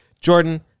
Jordan